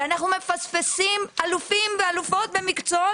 אנחנו מפספסים אלופים ואלופות במקצועות